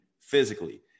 physically